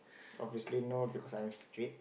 obviously no the because I'm straight